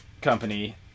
Company